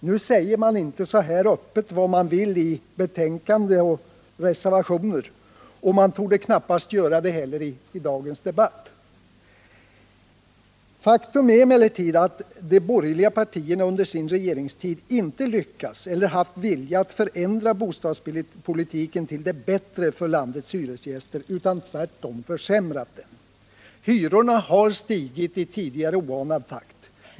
Nu säger man i betänkande och reservationer inte så här öppet vad man vill, och man torde knappast heller göra det i dagens debatt. Faktum är emellertid att de borgerliga partierna under sin regeringstid inte har lyckats eller har haft vilja att förändra bostadspolitiken till det bättre för hyresgästerna, utan tvärtom har de försämrat den. Hyrorna har stigit i en tidigare oanad takt.